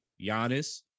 Giannis